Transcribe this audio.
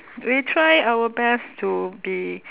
we try our best to be